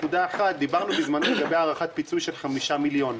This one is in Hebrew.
דיברנו בזמנו לגבי הערכת פיצוי של חמישה מיליון.